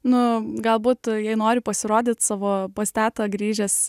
nu galbūt jei nori pasirodyt savo pas tetą grįžęs